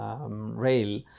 rail